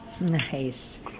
Nice